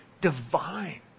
divine